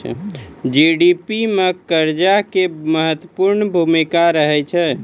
GDP मे कर्जा के महत्वपूर्ण भूमिका रहै छै